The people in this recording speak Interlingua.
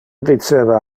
diceva